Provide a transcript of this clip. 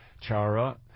Chara